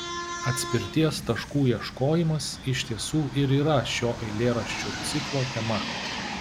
atspirties taškų ieškojimas iš tiesų ir yra šio eilėraščių ciklo tema